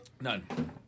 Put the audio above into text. None